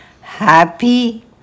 happy